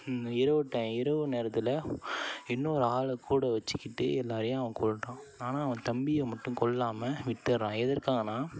இரவு டைம் இரவு நேரத்தில் இன்னும் ஒரு ஆளை கூட வச்சுக்கிட்டு எல்லாேரையும் அவன் கொல்கிறான் ஆனால் அவன் தம்பியை மட்டும் கொள்ளாமல் விட்டுடுறான் எதற்காகனால்